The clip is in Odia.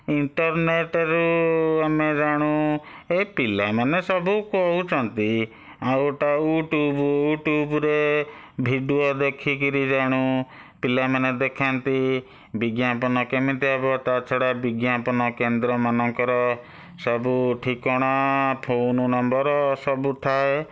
ଇଣ୍ଟର୍ନେଟ୍ରୁ ଆମେ ଜାଣୁ ଏଇ ପିଲାମାନେ ସବୁ କହୁଛନ୍ତି ଆଉଟା ୟୁଟୁବ୍ ୟୁଟୁବ୍ରେ ଭିଡ଼ିଓ ଦେଖିକରି ଜାଣୁ ପିଲାମାନେ ଦେଖାନ୍ତି ବିଜ୍ଞାପନ କେମିତି ହେବ ତା' ଛଡ଼ା ବିଜ୍ଞାପନ କେନ୍ଦ୍ରମାନଙ୍କର ସବୁ ଠିକଣା ଫୋନ୍ ନମ୍ବର୍ ସବୁଥାଏ